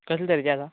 कसले तरेचें आसा